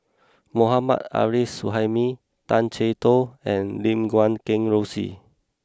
Mohammad Arif Suhaimi Tay Chee Toh and Lim Guat Kheng Rosie